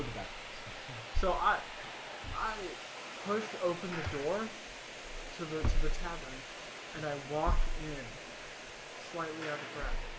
back so i i push open the door to the to the tavern and i walk in slightly out of breath,